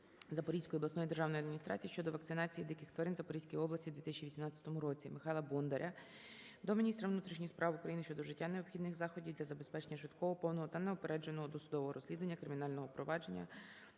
Запорізької обласної державної адміністрації щодо вакцинації диких тварин в Запорізькій області у 2018 році. Михайла Бондаря до Міністра внутрішніх справ України щодо вжиття необхідних заходів для забезпечення швидкого, повного та неупередженого досудового розслідування кримінального провадження